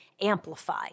amplify